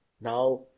now